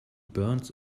burns